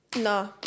No